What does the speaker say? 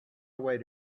away